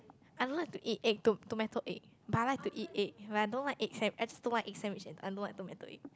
I don't like to eat egg tom~ tomato egg but I like to eat egg but I don't like egg san~ I just don't like egg sandwich and I don't like tomato egg